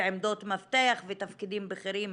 בעמדות מפתח ותפקידים בכירים,